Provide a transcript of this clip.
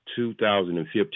2015